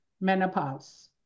menopause